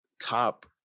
top